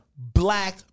Black